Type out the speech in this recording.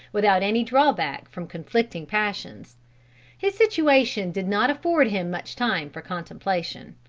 without any drawback from conflicting passions his situation did not afford him much time for contemplation.